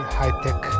high-tech